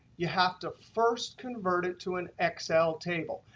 you have to first convert it to an excel table.